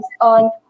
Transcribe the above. on